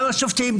גם שופטים,